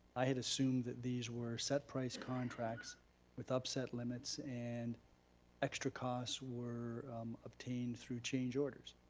i had assumed that these were set price contracts with upset limits and extra costs were obtained through change orders.